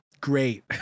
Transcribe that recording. great